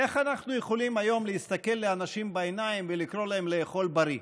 איך אנחנו יכולים היום להסתכל לאנשים בעיניים ולקרוא להם לאכול בריא?